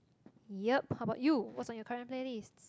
yup how about you what's on your current playlist